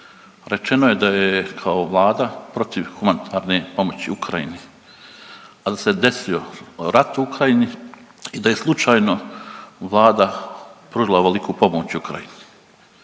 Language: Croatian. Rečeno je da je kao Vlada protiv humanitarne pomoći Ukrajini ali se desio rat u Ukrajini i da je slučajno Vlada pružila ovoliku pomoć Ukrajini